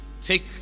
take